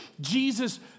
Jesus